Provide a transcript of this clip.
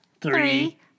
three